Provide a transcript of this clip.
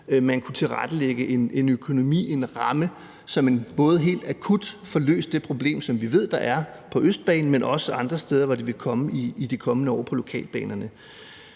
der kan tilrettelægges en økonomi, en ramme, så vi både helt akut får løst det problem, som vi ved er på Østbanen, men også på andre lokalbaner, fordi problemet vil opstå i de kommende år. Vi hører